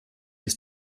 ist